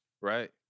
Right